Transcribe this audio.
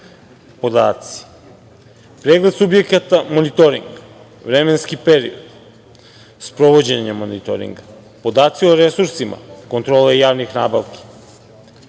podaci: pregled subjekata monitoringa, vremenski period sprovođenja monitoringa, podaci o resursima kontrole i javnih nabavki,